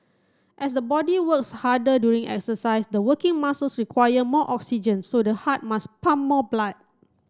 as the body works harder during exercise the working muscles require more oxygen so the heart must pump more blood